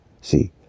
See